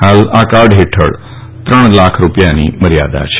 હાલ આ કાર્ડ હેઠળ ત્રણ લાખ રૂપિયાની મર્યાદા છે